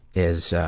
is